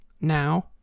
now